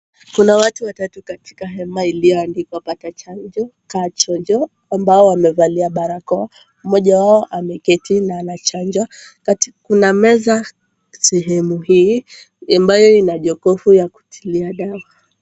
Kuna watu watatu katika hema iliyoandikwa pata chanjo kaa chonjo ambao wamevalia barakoa. Mmoja wao ameketi na anachanjwa. Kuna meza sehemu hii ambayo ina jokofu ya kutilia dawa.